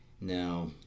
Now